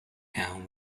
town